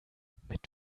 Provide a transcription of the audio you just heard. mit